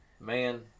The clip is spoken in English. man